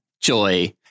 Joy